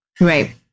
Right